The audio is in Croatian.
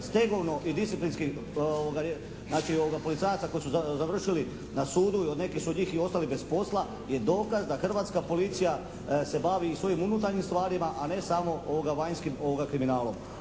stegovno i disciplinski znači policajaca koji su završili na sudu i neki su od njih i ostali bez posla je dokaz da hrvatska policija se bavi i svojim unutarnjim stvarima a ne samo vanjskim kriminalom.